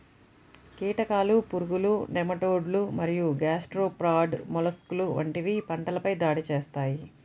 కీటకాలు, పురుగులు, నెమటోడ్లు మరియు గ్యాస్ట్రోపాడ్ మొలస్క్లు వంటివి పంటలపై దాడి చేస్తాయి